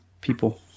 people